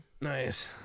Nice